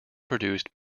produced